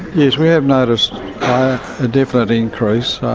yes we have noticed a definite increase,